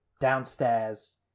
downstairs